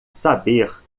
saber